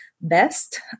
best